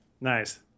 Nice